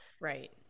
right